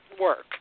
work